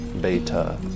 Beta